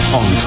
on